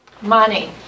Money